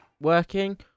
working